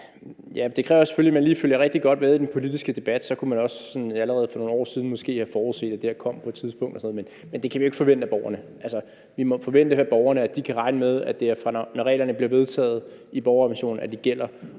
Det kræver selvfølgelig, at man lige følger rigtig godt med i den politiske debat, for så kunne man også sådan allerede for nogle år siden måske have forudset, at det her kom på et tidspunkt og sådan noget, men det kan vi jo ikke forvente af borgerne. Vi må forvente, at borgerne kan regne med, at det er, når reglerne bliver vedtaget i borgerrepræsentationen, at de gælder.